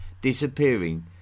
disappearing